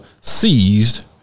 seized